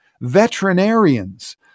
Veterinarians